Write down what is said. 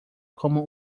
como